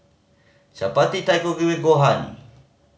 Chapati Takikomi Gohan